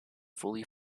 fully